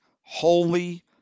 holy